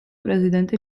პრეზიდენტი